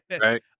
Right